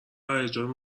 هیجان